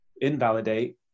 invalidate